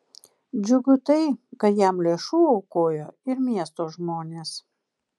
džiugu tai kad jam lėšų aukojo ir miesto žmonės